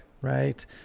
right